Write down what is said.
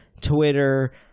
twitter